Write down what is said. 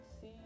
see